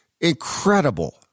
Incredible